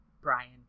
Brian